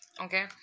Okay